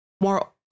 more